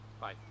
Bye